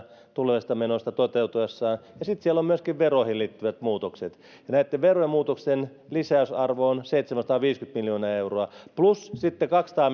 tulevista menoista toteutuessaan ja sitten siellä on myöskin veroihin liittyvät muutokset ja näitten verojen muutosten lisäysarvo on seitsemänsataaviisikymmentä miljoonaa euroa plus sitten kaksisataa